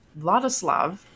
Vladislav